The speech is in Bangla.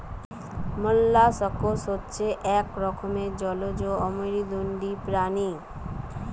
মোল্লাসকস হচ্ছে এক রকমের জলজ অমেরুদন্ডী প্রাণী